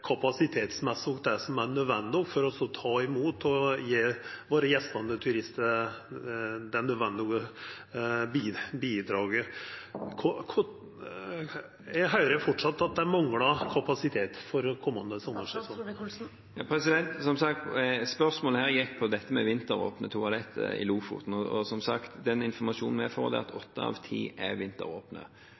kapasitetsmessig som det som er nødvendig for å ta imot og gje turistane våre det nødvendige bidraget. Eg høyrer at det framleis manglar kapasitet for kommande sommarsesong. Spørsmålet dreide seg om vinteråpne toaletter i Lofoten. Som sagt, ifølge den informasjonen vi får, er åtte av ti vinteråpne. Så kan man alltid jobbe for å få de siste to på plass, men at det ikke er